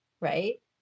Right